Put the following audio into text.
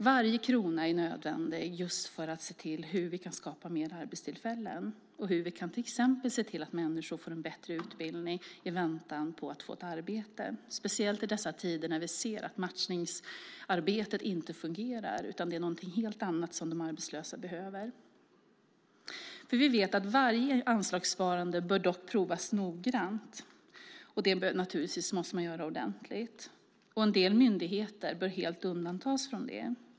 Varje krona är nödvändig just för att skapa fler arbetstillfällen eller till exempel ge människor bättre utbildning i väntan på ett arbete, speciellt i dessa tider när vi ser att matchningsarbetet inte fungerar. Det är något helt annat de arbetslösa behöver. Vi vet att varje anslagssparande bör prövas noggrant och ordentligt. En del myndigheter bör helt undantas från det.